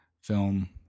film